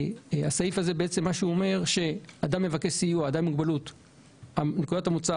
הסעיף הזה אומר שאדם עם מוגבלות מבקש סיוע ונקודת המוצא